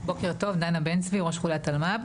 בוקר טוב, דנה בן צבי, ראש חוליית אלמ"ב.